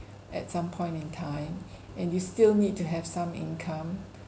at some point in time and you still need to have some income